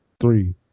three